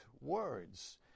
words